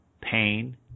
pain